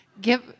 Give